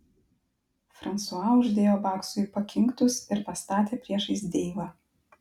fransua uždėjo baksui pakinktus ir pastatė priešais deivą